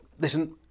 listen